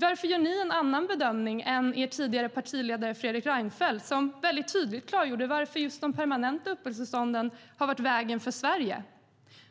Varför gör ni en annan bedömning än er tidigare partiledare Fredrik Reinfeldt, som tydligt klargjorde varför just de permanenta uppehållstillstånden har varit vägen för Sverige?